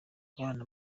abana